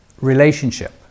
relationship